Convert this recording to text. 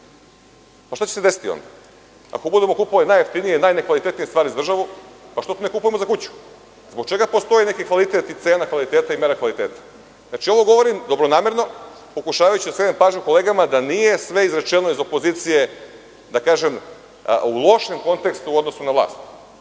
Šta će se onda desiti? Ako budemo kupovali najjeftinije, najnekvalitetnije stvari za državu, što ne kupujemo za kuću? Što postoji neki kvalitet i cena kvaliteta i mera kvaliteta? Ovo govorim dobronamerno pokušavajući da skrenem pažnju kolegama da nije sve izrečeno iz opozicije u lošem kontekstu u odnosu na vlast.